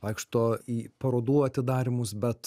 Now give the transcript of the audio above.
vaikšto į parodų atidarymus bet